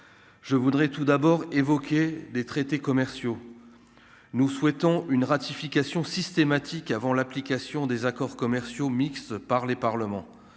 je voudrais tout d'abord évoqué des traités commerciaux, nous souhaitons une ratification systématique avant l'application des accords commerciaux mixte par les parlements,